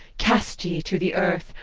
cast ye, to the earth!